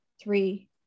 three